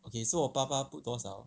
okay so 我爸爸 put 多少